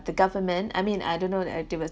the government I mean I don't know they were